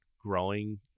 growing